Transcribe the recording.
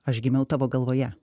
aš gimiau tavo galvoje